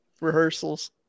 rehearsals